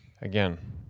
again